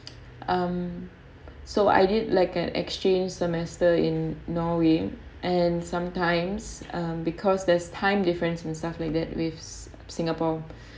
um so I did like an exchange semester in norway and sometimes err because there's time difference and stuff like that with singapore